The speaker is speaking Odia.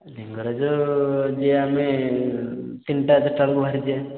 ଲିଙ୍ଗରାଜ ଯିଏ ଆମେ ତିନିଟା ଚାରିଟା ବେଳକୁ ବାହାରି ଯିବା